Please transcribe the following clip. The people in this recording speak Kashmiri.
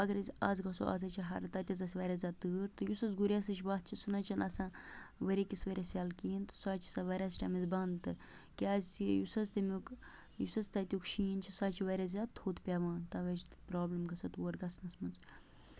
اَگر أسۍ آز گژھو آز حظ چھِ ہر تَتہِ حظ اَسہِ واریاہ زیادٕ تۭر تہٕ یُس حظ گُریسٕچ وَتھ چھِ سُہ حظ چھِنہٕ آسان ؤری کِس ؤریَس یَلہٕ کِہیٖنۍ سُہ حظ چھِ آسان واریاہَس ٹایمَس بنٛد تہٕ کیٛازِ یُس حظ تَمیُک یُس حظ تَتیُک شیٖن چھُ سۄ حظ چھِ واریاہ زیادٕ تھوٚد پٮ۪وان تَوَے چھِ تَہِ پرابلِم گژھان تور گژھنَس منٛز